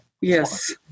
Yes